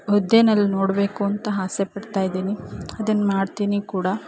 ಹುದ್ದೆಯಲ್ ನೋಡ್ಬೇಕೂಂತ ಆಸೆಪಡ್ತಾಯಿದೀನಿ ಅದನ್ನು ಮಾಡ್ತೀನಿ ಕೂಡ